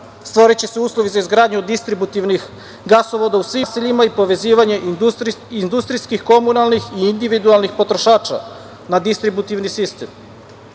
stvoriće se uslovi za izgradnju distributivnih gasovoda u svim naseljima i povezivanje industrijskih, komunalnih i individualnih potrošača na distributivni sistem.